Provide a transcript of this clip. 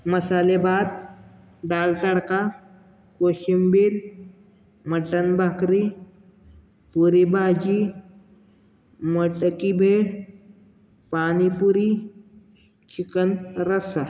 मसालेभात दाल तडका कोशिंबीर मटन भाकरी पुरी भाजी मटकी भेळ पानीपुरी चिकन रस्सा